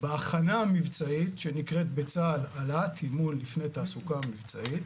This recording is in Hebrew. בהכנה המבצעית שנקראת בצה"ל העלאת אימון לפני תעסוקה מבצעית,